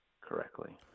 correctly